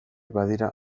badira